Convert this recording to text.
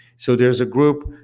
so there's a group,